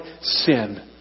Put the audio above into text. sin